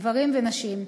גברים ונשים.